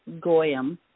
goyim